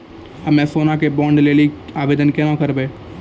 हम्मे सोना के बॉन्ड के लेली आवेदन केना करबै?